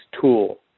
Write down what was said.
tool